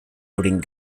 loading